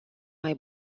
mai